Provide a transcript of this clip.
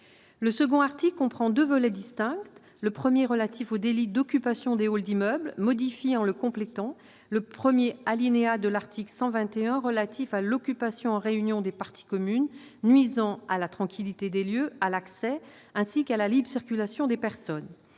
L'article 2 comprend deux volets distincts. Le premier, relatif au délit d'occupation des halls d'immeuble, vise à modifier, en le complétant, le premier alinéa de l'article 121 relatif à l'occupation en réunion des parties communes nuisant à la tranquillité des lieux, à l'accès ainsi qu'à la libre circulation des personnes.